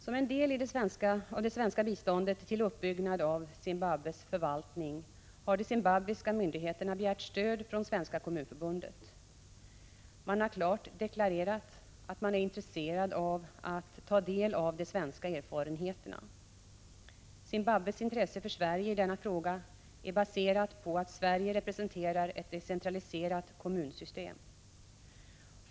Som en del av det svenska biståndet till uppbyggnad av Zimbabwes förvaltning har de zimbabwiska myndigheterna begärt stöd från Svenska kommunförbundet. Man har klart deklarerat att man är intresserad av att ta del av de svenska erfarenheterna. Zimbabwes intresse för Sverige i denna fråga är baserat på att Sverige representerar ett decentraliserat kommunsystem.